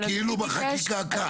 בחקיקה כאן.